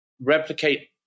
replicate